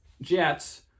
Jets